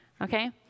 okay